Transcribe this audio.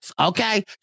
okay